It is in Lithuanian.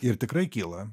ir tikrai kyla